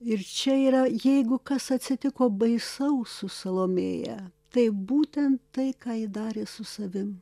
ir čia yra jeigu kas atsitiko baisaus su salomėja tai būtent tai ką ji darė su savim